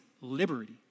liberty